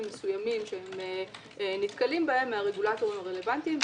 מסוימים שהן נתקלות בהם מהרגולטורים הרלוונטיים.